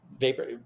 vapor